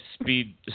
speed